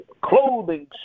clothing